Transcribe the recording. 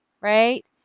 right